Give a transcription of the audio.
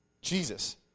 Jesus